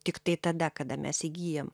tiktai tada kada mes įgyjam